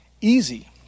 easy